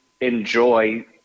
enjoy